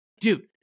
dude